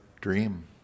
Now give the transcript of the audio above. dream